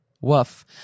Woof